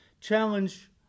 challenge